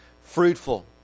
fruitful